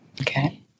okay